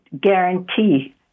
guarantee